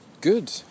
good